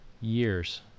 years